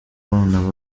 bana